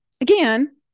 again